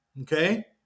okay